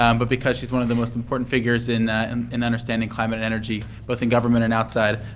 um but because she's one of the most important figures in and in understanding climate energy, both in government and outside.